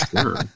sure